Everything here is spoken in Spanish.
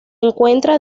encuentra